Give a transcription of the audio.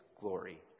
glory